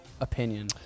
Opinion